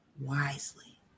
wisely